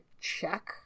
check